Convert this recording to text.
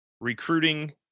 recruiting